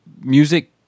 music